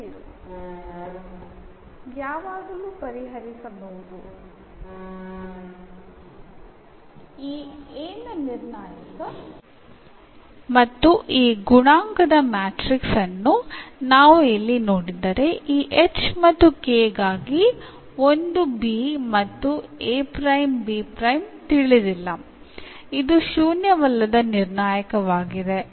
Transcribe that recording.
ഇവിടെയുള്ള കോയിഫിഷ്യന്റ്മാട്രിക്സ് നോക്കിയാൽ അതിന് പൂജ്യമല്ലാത്ത ഡിറ്റർമിനന്റാണ് ഉള്ളത്